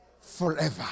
forever